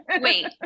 Wait